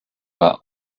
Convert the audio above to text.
war